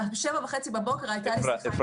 עד 07:30 הייתה לי שיחה עם --- הערכת מצב.